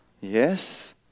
Yes